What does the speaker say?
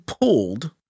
pulled